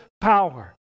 power